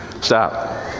Stop